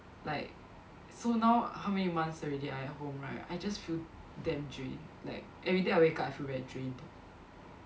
like so now how many months already I at home right I just feel damn drained like everyday I wake up I feel very drained